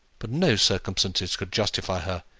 but no circumstances could justify her,